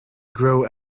grow